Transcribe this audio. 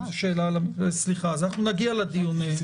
סליחה, אנחנו נגיע לדיון.